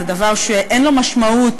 זה דבר שאין לו משמעות,